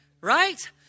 right